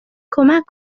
کمک